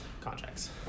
Contracts